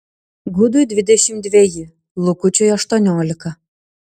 gudui dvidešimt dveji lukučiui aštuoniolika